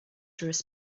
through